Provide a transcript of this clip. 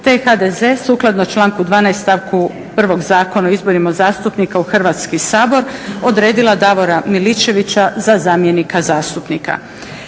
HDZ sukladno članku 12. stavku prvog zakona o izborima zastupnika u Hrvatski sabor odredila Davora Miličevića za zamjenika zastupnika.